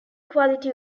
quality